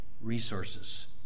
resources